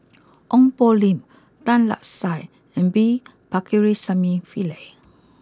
Ong Poh Lim Tan Lark Sye and V Pakirisamy Pillai